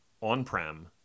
on-prem